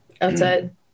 outside